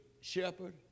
shepherd